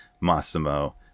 Massimo